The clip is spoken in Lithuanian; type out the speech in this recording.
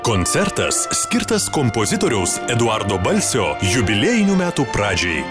koncertas skirtas kompozitoriaus eduardo balsio jubiliejinių metų pradžiai